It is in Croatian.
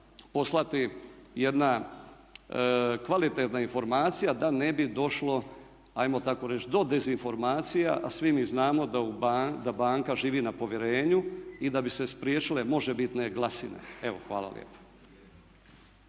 poslati jedna kvalitetna informacija da ne bi došlo ajmo tako reći do dezinformacija, a svi mi znamo da banka živi na povjerenju i da bi se spriječile možebitne glasine. Evo hvala lijepo.